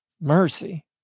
Mercy